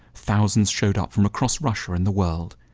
thousands showed up from across russia and the world.